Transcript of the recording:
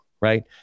right